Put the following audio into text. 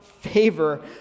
favor